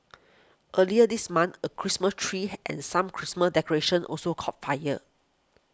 earlier this month a Christmas tree and some Christmas decorations also caught fire